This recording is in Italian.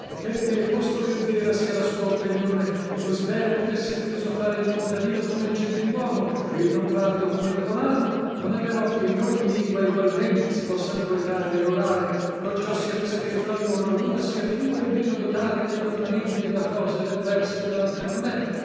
che posto che vera sia la sua oppenione e così bene potesse filosofare il contadino come il gentiluomo e il lombardo come il romano non è però che in ogni lingua egualmente si possa poetare e orare conciosiacosa che fra loro luna sia più e meno dotata degli ornamenti della prosa e del verso che laltra non è